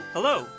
Hello